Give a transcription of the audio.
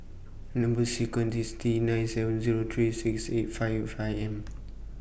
Number sequence IS T nine seven Zero three six eight five five M